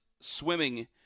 swimming